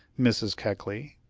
mrs. keckley?